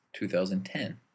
2010